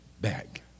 back